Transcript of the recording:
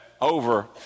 over